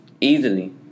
Easily